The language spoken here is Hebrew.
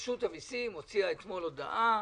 רשות המסים הוציאה אתמול הודעה: